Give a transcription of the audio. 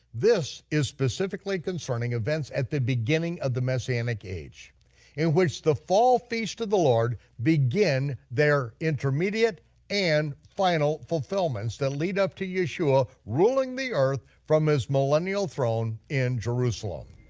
this is specifically concerning events at the beginning of the messianic age in which the fall feast of the lord begin their intermediate and final fulfillments that lead up to yeshua ruling the earth from his millennial throne in jerusalem.